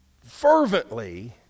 fervently